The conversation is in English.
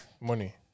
money